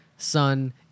Sun